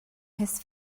his